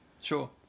Sure